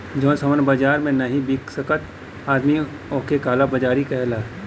जौन सामान बाजार मे नाही बिक सकत आदमी ओक काला बाजारी कहला